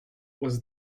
was